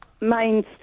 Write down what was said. main